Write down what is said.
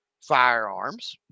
firearms